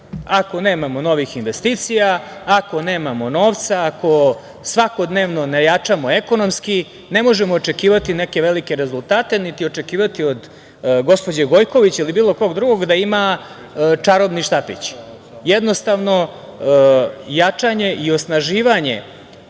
Ako nemamo novih investicija, ako nemamo novca, ako svakodnevno ne jačamo ekonomski, ne možemo očekivati neke velike rezultate, niti očekivati od gospođe Gojković ili bilo kog drugog da ima čarobni štapić. Jednostavno, jačanje i osnaživanje